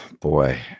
boy